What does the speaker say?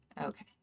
Okay